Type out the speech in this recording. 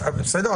בסדר.